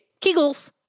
Kegels